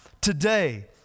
today